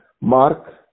Mark